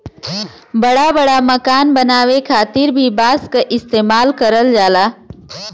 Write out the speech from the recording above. बड़ा बड़ा मकान बनावे खातिर भी बांस क इस्तेमाल करल जाला